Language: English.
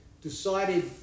decided